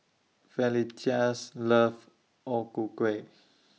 Felicitas loves O Ku Kueh